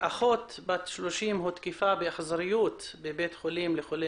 אחות בת 30 הותקפה באכזריות בבית חולים לחולי